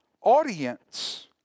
audience